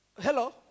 Hello